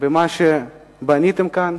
במה שבניתם כאן,